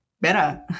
better